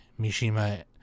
Mishima